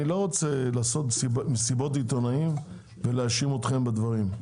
אני לא רוצה לעשות מסיבות עיתונאים ולהאשים אתכם בדברים,